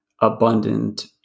abundant